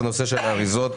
הנושא של האריזות,